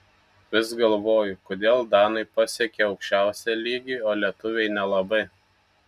vis galvoju kodėl danai pasiekią aukščiausią lygį o lietuviai nelabai